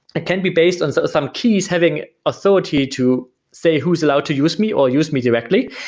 it can be based on so some keys having authority to say who is allowed to use me or use me directly.